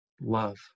love